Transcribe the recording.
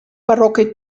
barocke